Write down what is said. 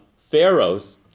Pharaoh's